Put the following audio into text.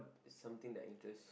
something that interest